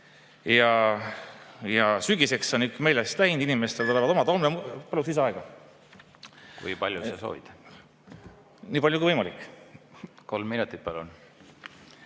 ja sügiseks on kõik meelest läinud, inimestele tulevad oma … Paluks lisaaega. Kui palju sa soovid? Nii palju kui võimalik. Kolm minutit, palun!